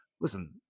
listen